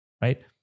Right